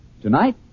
Tonight